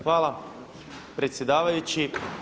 Hvala predsjedavajući.